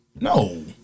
No